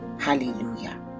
Hallelujah